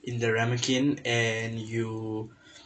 in the ramekin and you